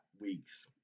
week's